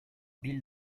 bill